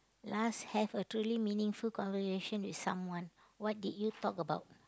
last have a truly meaningful conversation with someone what did you talk about